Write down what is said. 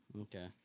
Okay